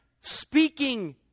speaking